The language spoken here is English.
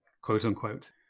quote-unquote